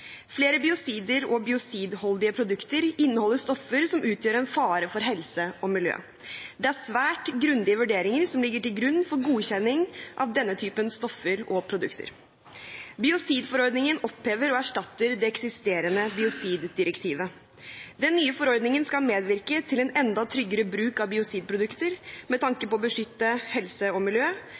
Flere biocider og biocidholdige produkter inneholder stoffer som utgjør en fare for helse og miljø. Det er svært grundige vurderinger som ligger til grunn for godkjenning av denne typen stoffer og produkter. Biocidforordningen opphever og erstatter det eksisterende biociddirektivet. Den nye forordningen skal medvirke til en enda tryggere bruk av biocidprodukter med tanke på å beskytte helse og miljø